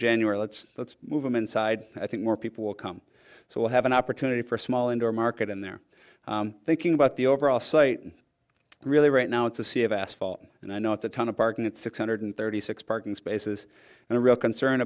january let's let's move them inside i think more people will come so we'll have an opportunity for small indoor market and they're thinking about the overall site and really right now it's a sea of asphalt and i know it's a ton of parking at six hundred thirty six parking spaces and a real concern